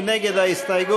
מי נגד ההסתייגות?